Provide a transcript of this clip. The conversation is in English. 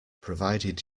provided